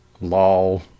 lol